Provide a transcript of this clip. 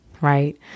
right